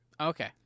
Okay